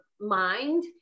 mind